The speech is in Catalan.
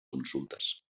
consultes